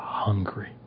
Hungry